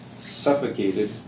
suffocated